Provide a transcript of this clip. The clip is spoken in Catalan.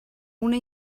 una